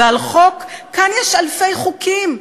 ועל חוק, כאן יש אלפי חוקים.